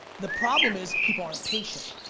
the problem is, people aren't patient.